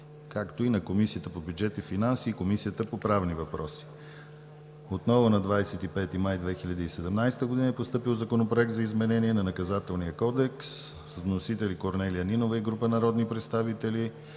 е и на Комисията по бюджет и финанси и Комисията по правни въпроси. На 25 май 2017 г. е постъпил Законопроект за изменение и допълнение на Наказателния кодекс. Вносители са Корнелия Нинова и група народни представители.